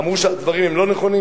אמרו שהדברים הם לא נכונים,